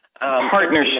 Partnership